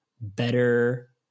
better